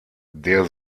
der